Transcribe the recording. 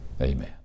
Amen